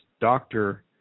doctor